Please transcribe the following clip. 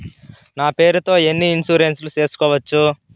నా పేరుతో ఎన్ని ఇన్సూరెన్సులు సేసుకోవచ్చు?